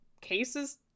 cases